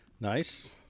Nice